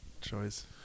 choice